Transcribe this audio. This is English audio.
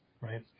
right